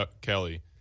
Kelly